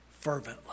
fervently